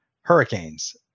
hurricanes